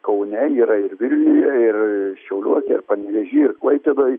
kaune yra ir vilniuje ir šiauliuose ir panevėžy ir klaipėdoj